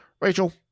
Rachel